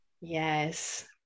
Yes